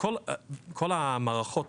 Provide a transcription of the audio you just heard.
שכל המערכות